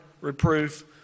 reproof